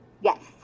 Yes